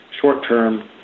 short-term